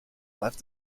left